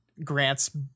grants